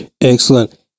Excellent